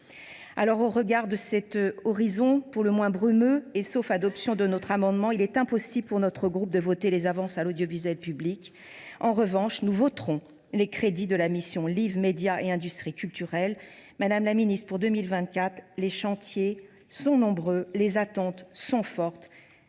Au regard de cet horizon pour le moins brumeux, et sauf adoption de notre amendement, il est impossible pour notre groupe de voter les avances à l’audiovisuel public. En revanche, nous voterons les crédits de la mission « Médias, livre et industries culturelles ». Madame la ministre, pour 2024, les chantiers sont nombreux, les attentes sont fortes